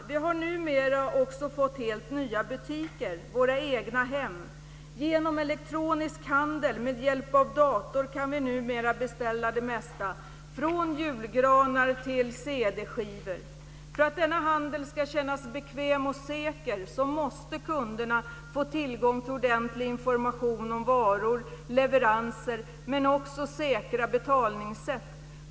Vi har numera också fått helt nya butiker, våra egna hem. Genom elektronisk handel med hjälp av dator kan vi numera beställa det mesta från julgranar till cd-skivor. För att denna handel ska kännas bekväm och säker måste kunderna få tillgång till ordentlig information om varor och leveranser men också säkra betalningssätt.